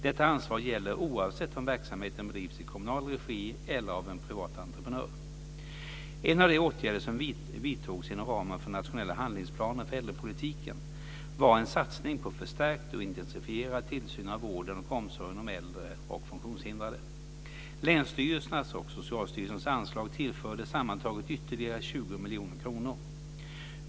Detta ansvar gäller oavsett om verksamheten bedrivs i kommunal regi eller av en privat entreprenör. En av de åtgärder som vidtogs inom ramen för Nationella handlingsplanen för äldrepolitiken var en satsning på förstärkt och intensifierad tillsyn av vården och omsorgen om äldre och funktionshindrade. Länsstyrelsernas och Socialstyrelsens anslag tillfördes sammantaget ytterligare 20 miljoner kronor.